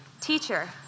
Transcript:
teacher